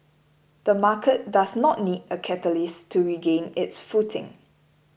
the market does not need a catalyst to regain its footing